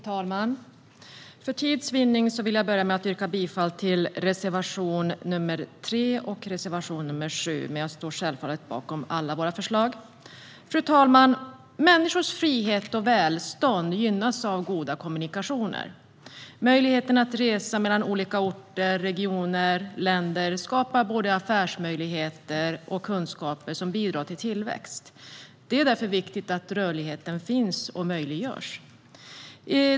Fru talman! För tids vinnande vill jag börja med att yrka bifall till reservationerna 3 och 7, även om jag självfallet står bakom alla våra förslag. Fru talman! Människors frihet och välstånd gynnas av goda kommunikationer. Möjligheten att resa mellan olika orter, regioner och länder skapar både affärsmöjligheter och kunskaper som bidrar till tillväxt. Det är därför viktigt att rörligheten finns och möjliggörs.